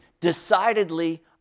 decidedly